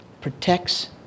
protects